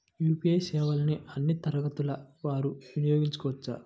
UPI సేవలని అన్నీ తరగతుల వారు వినయోగించుకోవచ్చా?